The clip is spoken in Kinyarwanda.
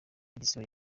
isibo